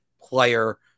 player